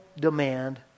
demand